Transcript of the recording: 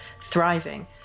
thriving